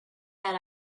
had